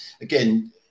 again